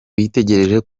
witegereje